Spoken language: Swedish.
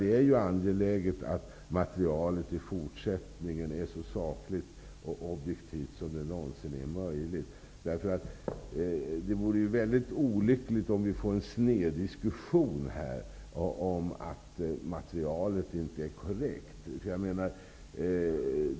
Det är ju angeläget att materialet i fortsättningen är så sakligt och objektivt som det någonsin är möjligt. Det vore väldigt olyckligt om vi fick en sned diskussion om att materialet inte skulle vara korrekt.